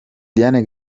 diane